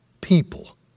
people